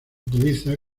utiliza